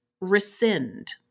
rescind